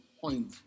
point